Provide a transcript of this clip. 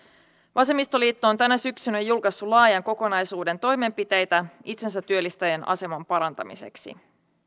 vasemmistoliitto on tänä syksynä julkaissut laajan kokonaisuuden toimenpiteitä itsensätyöllistäjien aseman parantamiseksi